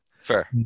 Fair